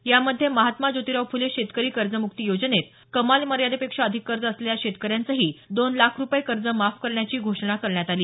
यामध्ये महात्मा ज्योतिराव फुले शेतकरी कर्जमुक्ती योजनेत कमाल मर्यादेपेक्षा अधिक कर्ज असलेल्या शेतकऱ्यांचंही दोन लाख रुपये कर्ज माफ करण्याची घोषणा करण्यात आली